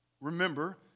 remember